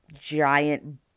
giant